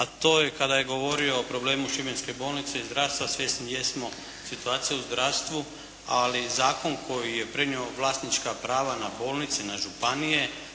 a to je kada je govorio o problemu Šibenske bolnice i zdravstva. Svi smo svjesni situacije u zdravstvu. Ali zakon koji je prenio vlasnička prava na bolnice, na županije,